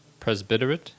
Presbyterate